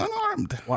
unarmed